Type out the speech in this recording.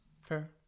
Fair